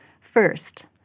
First